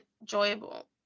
enjoyable